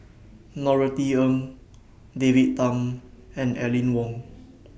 Norothy Ng David Tham and Aline Wong